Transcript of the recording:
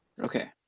Okay